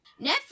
Netflix